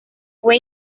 fue